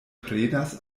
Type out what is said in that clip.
prenas